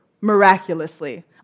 miraculously